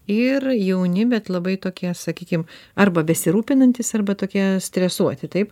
ir jauni bet labai tokie sakykim arba besirūpinantys arba tokie stresuoti taip